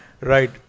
Right